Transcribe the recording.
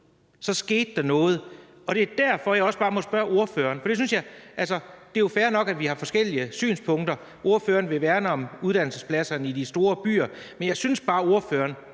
så skete der noget. Det er derfor, jeg også har et spørgsmål til ordføreren. For det er jo fair nok, at vi har forskellige synspunkter. Ordføreren vil værne om uddannelsespladserne i de store byer. Men jeg synes bare, ordføreren